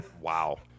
wow